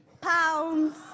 Pounds